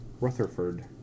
Rutherford